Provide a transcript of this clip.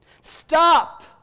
stop